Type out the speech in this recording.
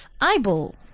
eyeball